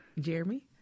Jeremy